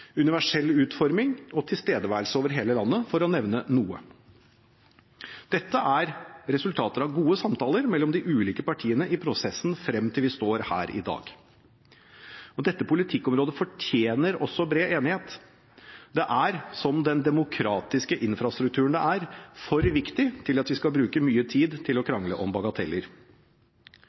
universell utforming og tilstedeværelse over hele landet, for å nevne noe. Dette er resultater av gode samtaler mellom de ulike partiene i prosessen frem til vi står her i dag, og dette politikkområdet fortjener også bred enighet. Det er, som den demokratiske infrastrukturen det er, for viktig til at vi skal bruke mye tid til å krangle om bagateller.